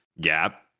gap